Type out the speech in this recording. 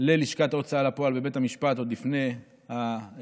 ללשכת ההוצאה לפועל בבית המשפט עוד לפני ההקמה